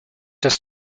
dass